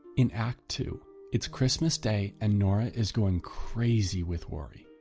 in act two it's christmas day and nora is going crazy with worry.